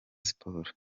siporo